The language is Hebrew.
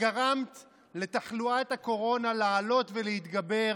וגרמת לתחלואת הקורונה לעלות ולהתגבר.